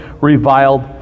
reviled